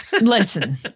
Listen